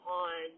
on –